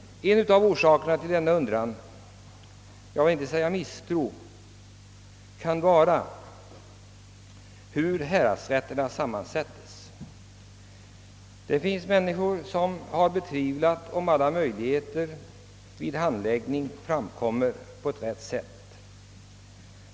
En av orsakerna till denna undran, jag vill inte säga misstro, kan vara häradsrätternas sammansättning. Det finns människor som har tvivlat på att alla synpunkter vid handläggningen har kommit fram på rätt sätt.